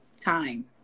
Time